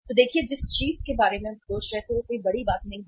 तो देखिए जिस चीज के बारे में हम सोच रहे थे वह कोई बड़ी बात नहीं है